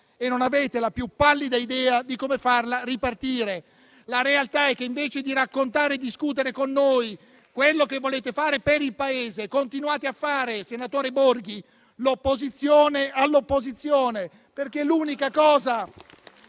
e non avete la più pallida idea di come farla ripartire. La realtà è che invece di raccontare e discutere con noi quello che volete fare per il Paese, continuate a fare, senatore Borghi, l'opposizione all'opposizione, perché è l'unica cosa